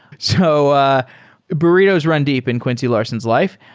so ah burritos run deep in quincy larson's life.